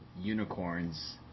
unicorns